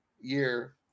year